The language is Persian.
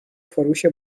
فروش